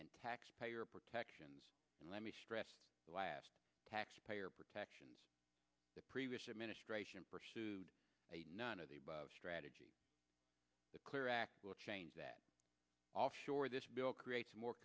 and taxpayer protections and let me stress the last taxpayer protections the previous administration pursued a none of the above strategy the clear act will change that offshore this bill creates more